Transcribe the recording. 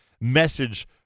message